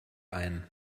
ein